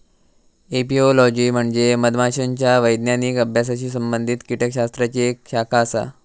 apiology म्हणजे मधमाशांच्या वैज्ञानिक अभ्यासाशी संबंधित कीटकशास्त्राची एक शाखा आसा